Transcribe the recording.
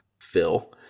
fill